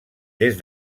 des